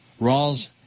Rawls